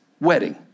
wedding